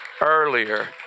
earlier